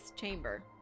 chamber